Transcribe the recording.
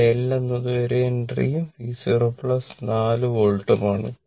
ഇവിടെ L എന്നത് 1 ഹെൻറിയും v0 4 വോൾട്ടുമാണ്